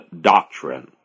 doctrine